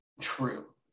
true